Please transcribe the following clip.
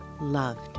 loved